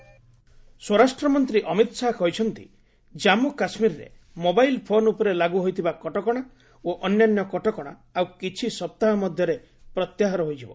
Amit Shah K and K ସ୍ୱରାଷ୍ଟ୍ରମନ୍ତ୍ରୀ ଅମିତ ଶାହା କହିଛନ୍ତି କାମ୍ମୁ କାଶ୍ମୀରରେ ମୋବାଇଲ୍ ଫୋନ୍ ଉପରେ ଲାଗୁ ହୋଇଥିବା କଟକଣା ଓ ଅନ୍ୟାନ୍ୟ କଟକଣା ଆଉ କିଛି ସପ୍ତାହ ମଧ୍ୟରେ ପ୍ରତ୍ୟାହାର ହୋଇଯିବ